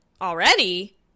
already